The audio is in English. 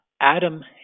Adam